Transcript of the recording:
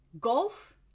golf